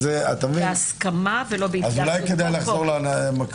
אז אולי כדאי לחזור למקורי?